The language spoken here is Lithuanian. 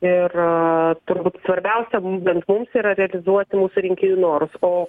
ir turbūt svarbiausia būtent mums yra realizuoti mūsų rinkėjų norus o